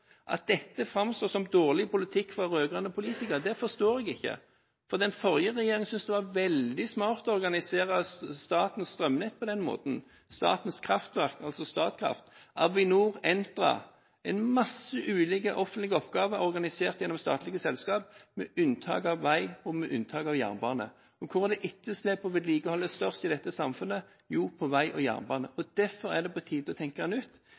At dette framstår som dårlig politikk for rød-grønne politikere, forstår jeg ikke, for den forrige regjeringen syntes det var veldig smart å organisere statens strømnett på den måten: statens kraftverk, altså Statkraft – og også Avinor og Entra. En masse ulike offentlige oppgaver er organisert gjennom statlige selskap – med unntak av vei og med unntak av jernbane. Og hvor var etterslepet på vedlikehold størst i dette samfunnet? Jo, på vei og jernbane. Derfor er det på tide å tenke